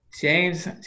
James